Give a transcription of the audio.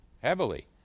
heavily